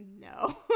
no